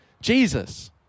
Jesus